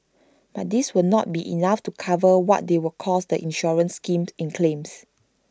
but this will not be enough to cover what they will cost the insurance scheme in claims